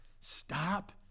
stop